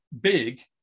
big